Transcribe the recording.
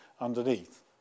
underneath